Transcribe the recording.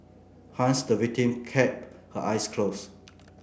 hence the victim kept her eyes closed